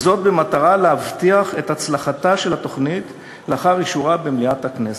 במטרה להבטיח את הצלחת התוכנית לאחר אישורה במליאת הכנסת.